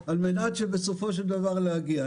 על מנת שבסופו של דבר להגיע.